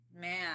Man